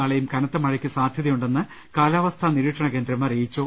നാളെയും കനത്ത മഴയ്ക്ക് സാധ്യതയുണ്ടെന്ന് കാലാവസ്ഥാ നിരീക്ഷണ കേന്ദ്രം അറിയിച്ചു